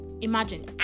Imagine